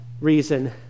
reason